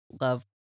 love